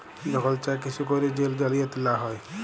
যখল cheque issue ক্যইরে জেল জালিয়াতি লা হ্যয়